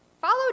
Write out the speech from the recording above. Follow